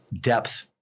depth